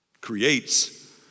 creates